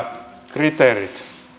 kriteerit